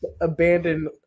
abandoned